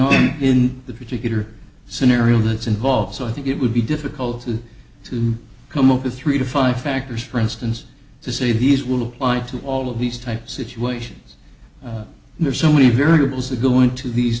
on in the particular scenario that's involved so i think it would be difficult to come up with three to five factors for instance to say these will apply to all of these type situations and there are so many variables that go into these